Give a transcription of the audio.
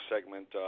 segment